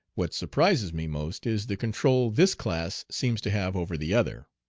what surprises me most is the control this class seems to have over the other.